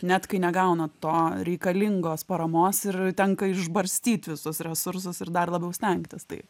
net kai negaunat to reikalingos paramos ir tenka išbarstyt visus resursus ir dar labiau stengtis tai